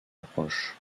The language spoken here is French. approche